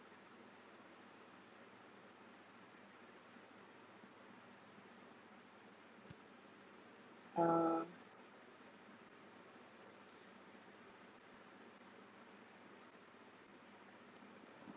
uh